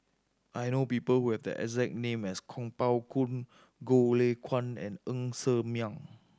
I know people who have the exact name as Kuo Pao Kun Goh Lay Kuan and Ng Ser Miang